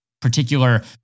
particular